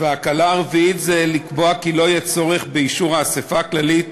וההקלה הרביעית היא לקבוע כי לא יהיה צורך באישור האספה הכללית